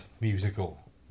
musical